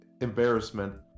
embarrassment